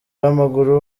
w’amaguru